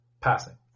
passing